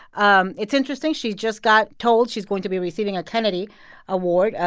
um it's interesting. she just got told she's going to be receiving a kennedy award, ah